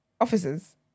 officers